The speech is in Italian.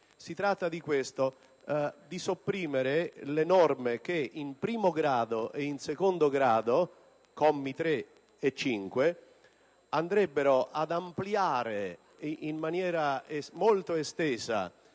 altri, intendono sopprimere le norme che in primo e in secondo grado, commi 3 e 5, andrebbero ad ampliare in maniera molto estesa,